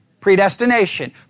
predestination